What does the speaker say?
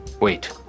wait